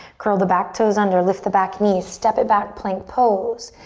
curl the back toes under, lift the back knees, step it back, plank pose.